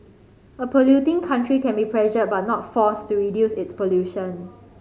a polluting country can be pressured but not forced to reduce its pollution